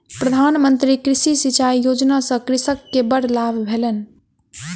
प्रधान मंत्री कृषि सिचाई योजना सॅ कृषक के बड़ लाभ भेलैन